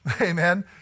amen